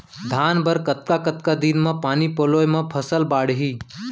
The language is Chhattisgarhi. धान बर कतका कतका दिन म पानी पलोय म फसल बाड़ही?